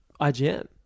IGN